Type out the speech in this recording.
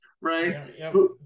right